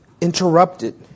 interrupted